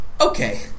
okay